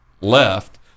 left